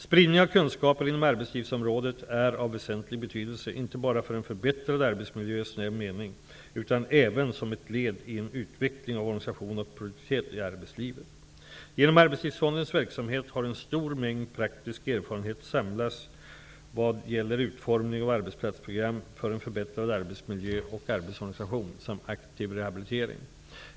Spridningen av kunskaper inom arbetslivsområdet är av väsentlig betydelse, inte bara för en förbättrad arbetsmiljö i en snäv mening, utan även som ett led i en utveckling av organisation och produktivitet i arbetslivet. Genom Arbetslivsfondens verksamhet har en stor mängd praktisk erfarenhet samlats vad gäller utformning av arbetsplatsprogram för en förbättrad arbetsmiljö och arbetsorganisation samt aktiv rehabilitering.